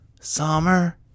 summer